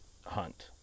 hunt